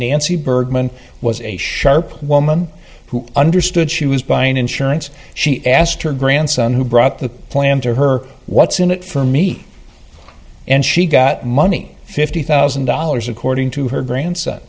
nancy birdmen was a sharp woman who understood she was buying insurance she asked her grandson who brought the plan to her what's in it for me and she got money fifty thousand dollars according to her grandson